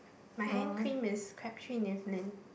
my hand cream is Crabtree and Evelyn